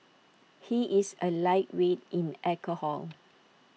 he is A lightweight in alcohol